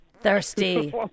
Thirsty